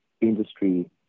industry